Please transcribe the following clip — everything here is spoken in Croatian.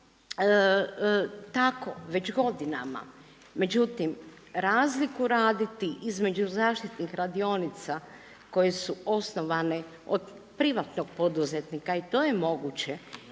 tako već godinama. Međutim, razliku raditi između zaštitnih radionica koje su osnovane od privatnog poduzetnika i to je moguće